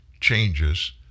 changes